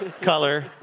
color